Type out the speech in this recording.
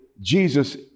Jesus